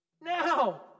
now